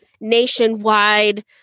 nationwide